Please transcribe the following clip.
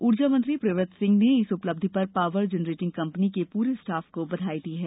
ऊर्जा मंत्री प्रियव्रत सिंह ने इस उपलब्धि पर पावर जनरेटिंग कम्पनी के पूरे स्टाफ को बधाई दी है